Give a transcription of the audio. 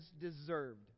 deserved